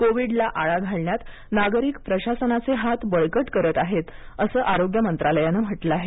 कोविडला आळा घालण्यात नागरिक प्रशासनाचे हात बळकट करत आहेत असं आरोग्य मंत्रालयानं म्हटलं आहे